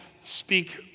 speak